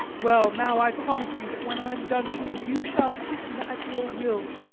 well, now i promise you that when i am done with him you shall kiss him at your will.